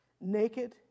Naked